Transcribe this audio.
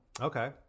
Okay